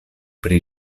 pri